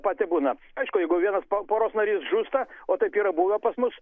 pati būna aišku jeigu vienas po poros narys žūsta o taip yra buvę pas mus